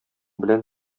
белән